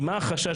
כי מה החשש,